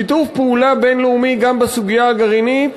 שיתוף פעולה בין-לאומי גם בסוגיה הגרעינית,